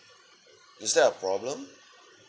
is that a problem